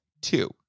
two